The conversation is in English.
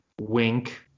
wink